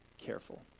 careful